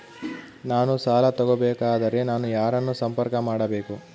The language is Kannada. ನಾನು ಸಾಲ ತಗೋಬೇಕಾದರೆ ನಾನು ಯಾರನ್ನು ಸಂಪರ್ಕ ಮಾಡಬೇಕು?